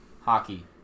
hockey